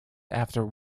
after